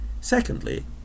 Secondly